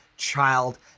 child